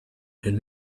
and